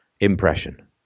impression